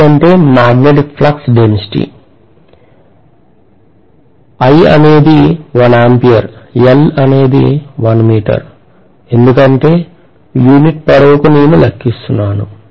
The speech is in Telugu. I అనేది 1 A L అనేది 1 m ఎందుకంటే యూనిట్ పొడవుకు నేను లెక్కిస్తున్నాను